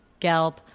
Gelp